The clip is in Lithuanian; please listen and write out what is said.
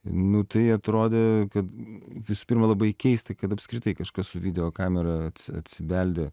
nu tai atrodė kad visų pirma labai keista kad apskritai kažkas su videokamera atsibeldė